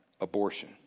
abortion